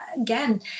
Again